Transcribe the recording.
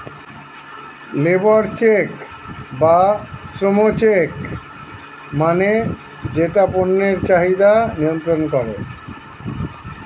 labour check বা শ্রম check মানে যেটা পণ্যের চাহিদা নিয়ন্ত্রন করে